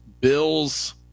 bill's